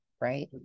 right